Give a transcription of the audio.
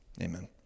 amen